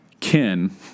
Ken